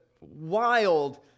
wild